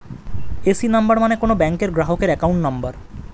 AC number মানে কোন ব্যাংকের গ্রাহকের অ্যাকাউন্ট নম্বর